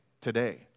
today